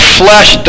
flesh